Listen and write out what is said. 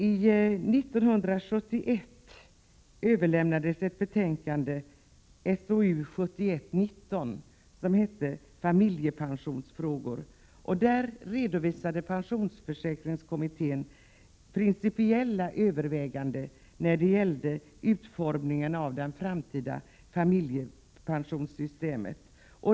År 1971 överlämnades ett betänkande, SOU 1971:19 Familjepensionsfrågor. Där redovisade pensionsförsäkringskommittén principiella överväganden i fråga om utformningen av det framtida familjepensionssystemet.